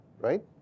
right